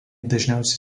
dažniausiai